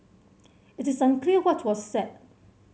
it is unclear what was said